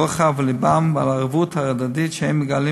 על רוחב לבם ועל הערבות ההדדית שהם מגלים